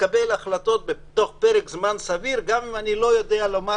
לקבל החלטות תוך פרק זמן סביר גם אם אני לא יודע לומר